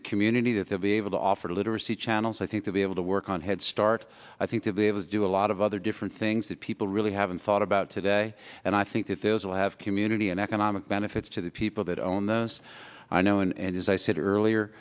the community to be able to offer literacy channels i think to be able to work on head start to be able to do a lot of other different things that people really haven't thought about today and i think that those will have community and economic benefits to the people that own those i know and as i said earlier